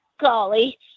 Golly